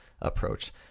approach